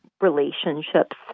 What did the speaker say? relationships